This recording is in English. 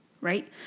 right